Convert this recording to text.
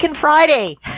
Friday